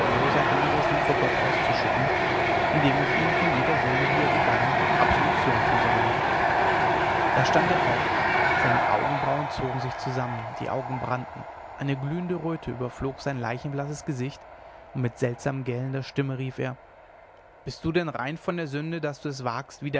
sein inneres wie vor gott auszuschütten indem ich ihm von jeder sünde die er begangen absolution zusage da stand er auf seine augenbraunen zogen sich zusammen die augen brannten eine glühende röte überflog sein leichenblasses gesicht und mit seltsam gellender stimme rief er bist du denn rein von der sünde daß du es wagst wie